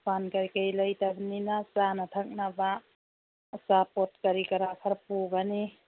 ꯗꯨꯀꯥꯟ ꯀꯔꯤ ꯀꯔꯤ ꯂꯩꯇꯕꯅꯤꯅ ꯆꯥꯅ ꯊꯛꯅꯕ ꯑꯆꯥꯄꯣꯠ ꯀꯔꯤ ꯀꯔꯥ ꯈꯔ ꯄꯨꯒꯅꯤ